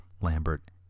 Lambert